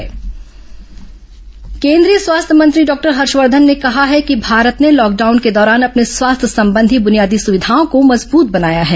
corona स्वास्थ्य मंत्री केन्द्रीय स्वास्थ्य मंत्री डॉक्टर हर्ष वर्धन ने कहा है कि भारत ने लॉकडाउन के दौरान अपने स्वास्थ्य संबंधी बुनियादी सुविधाओं को मजबूत बनाया है